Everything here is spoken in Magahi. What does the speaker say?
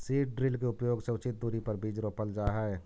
सीड ड्रिल के उपयोग से उचित दूरी पर बीज रोपल जा हई